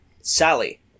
Sally